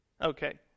Okay